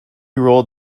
rolled